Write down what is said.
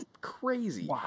crazy